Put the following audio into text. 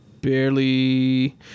barely